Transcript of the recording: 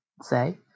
say